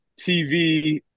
TV